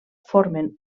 formen